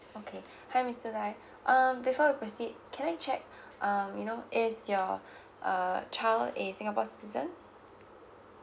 okay hi mister lai um before we proceed can I check um you know is your err child is singapore citizen